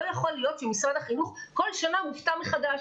יכול שמשרד החינוך כל שנה מופתע מחדש.